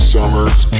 Summers